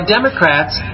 Democrats